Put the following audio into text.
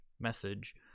message